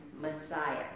Messiah